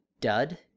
dud